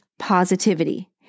positivity